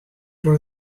for